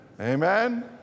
Amen